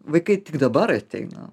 vaikai tik dabar ateina